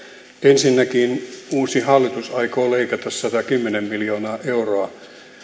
ensinnäkin uusi hallitus aikoo leikata satakymmentä miljoonaa euroa